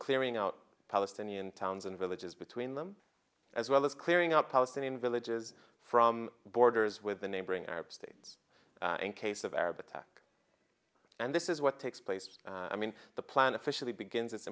clearing out palestinian towns and villages between them as well as clearing out palestinian villages from borders with the neighboring arab states in case of arab attack and this is what takes place and i mean the plan officially begins it